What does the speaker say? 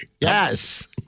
Yes